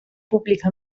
pubblica